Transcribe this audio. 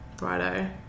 Righto